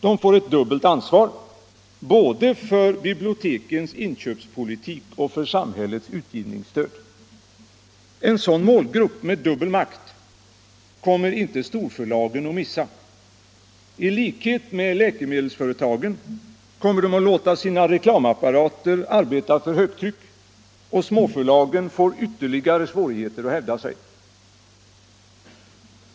De får ett dubbelt ansvar — både för bibliotekens inköpspolitik och för samhällets utgivningsstöd. En sådan målgrupp, med dubbel makt, kommer inte storförlagen att missa. I likhet med läkemedelsföretagen kommer de att låta sina reklamapparater arbeta för högtryck, och småförlagen får ytterligare svårigheter att hävda sig.